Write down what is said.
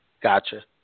Gotcha